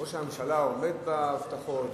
ראש הממשלה עומד בהבטחות.